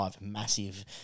massive